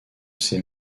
ses